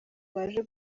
baje